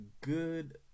good